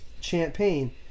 champagne